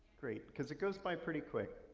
great. because it goes by pretty quick.